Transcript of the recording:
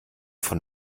von